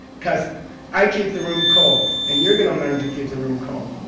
because i keep the room cold, and you're going to learn to keep the room cold.